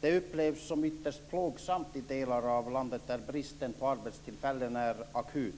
Det upplevs som lite plågsamt i delar av landet där bristen på arbetstillfällen är akut.